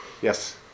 Yes